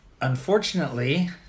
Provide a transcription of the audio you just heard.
Unfortunately